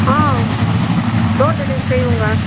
ஆ door delivery செய்வோங்க